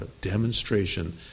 demonstration